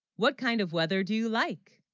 what kind of weather do you like